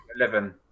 Eleven